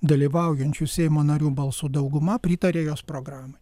dalyvaujančių seimo narių balsų dauguma pritaria jos programai